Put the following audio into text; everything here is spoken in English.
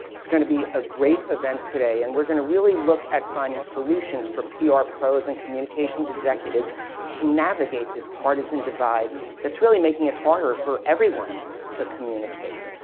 it's going to be a great event today and we're going to really look at finding solutions for pr ah pros and communications executives to navigate this partisan divide that's really making it harder for everyone to communicate.